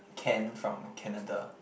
can from Canada